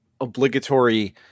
obligatory